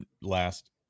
last